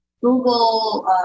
Google